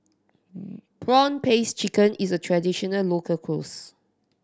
prawn paste chicken is a traditional local